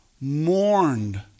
mourned